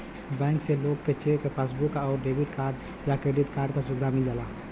bank से लोग क चेक, पासबुक आउर डेबिट या क्रेडिट कार्ड क सुविधा मिल जाला